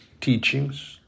teachings